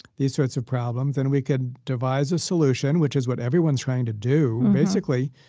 these sorts of problems, and we could devise a solution, which is what everyone's trying to do basically,